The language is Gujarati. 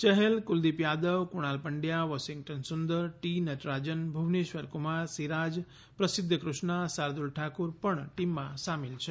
ચહલ કુલદીપ યાદવ ફણાલ પંડ્યા વોશિંગ્ટન સુંદર ટી નટરાજન ભુવનેશ્વર કુમાર સિરાજ પ્રસિધ્ધ કૃષ્ણા અને શાર્દુલ ઠાકુર પણ ટીમમાં સામેલ છે